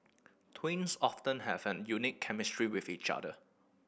twins often have a unique chemistry with each other